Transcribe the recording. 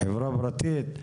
חברה פרטית,